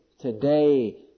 today